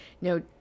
No